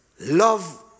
Love